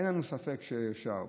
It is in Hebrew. אין לנו ספק שאפשר.